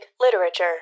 literature